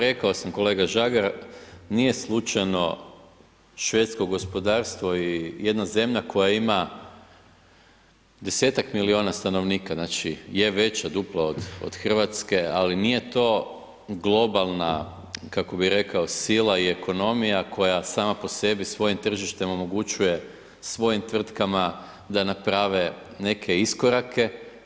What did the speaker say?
Rekao sam kolega Žagar, nije slučajno švedsko gospodarstvo i jedna zemlja koja ima desetak milijuna stanovnika, je veća duplo od Hrvatske ali nije to globalna kako bi rekao, sila i ekonomija koja sama po sebi svojim tržištem omogućuje svojim tvrtkama da naprave neke iskorake.